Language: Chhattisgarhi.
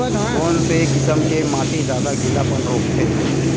कोन से किसम के माटी ज्यादा गीलापन रोकथे?